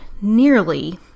nearly